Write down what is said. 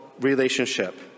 relationship